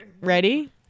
ready